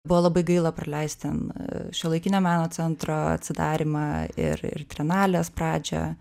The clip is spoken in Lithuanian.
buvo labai gaila praleist ten šiuolaikinio meno centro atsidarymą ir ir trienalės pradžią